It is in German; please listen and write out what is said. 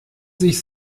sich